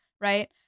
right